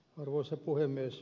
arvoisa puhemies